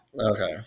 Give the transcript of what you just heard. Okay